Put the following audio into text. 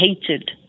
hated